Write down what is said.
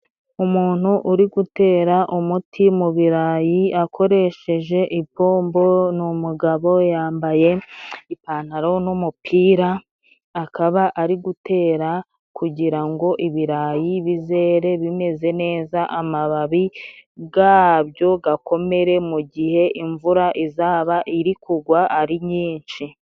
Umuntu uri gutera umuti mu ibirayi akoresheje ipombo, ni umugabo yambaye ipantaro n'umupira. Akaba ari gutera kugirango ibirayi bizere bimeze neza, amababi gabyo gakomere mu gihe imvura izaba iri kugwa ari nyinshi.